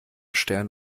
stern